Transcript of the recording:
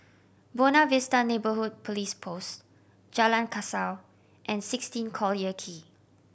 Buona Vista Neighbourhood Police Post Jalan Kasau and sixteen Collyer Quay